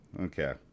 okay